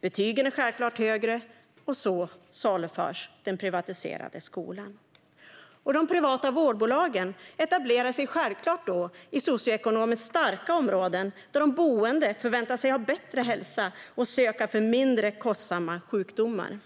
Betygen är självklart högre - så saluförs den privatiserade skolan. De privata vårdbolagen etablerar sig självklart i socioekonomiskt starka områden, där de väntar sig att de boende har bättre hälsa och söker vård för mindre kostsamma sjukdomar.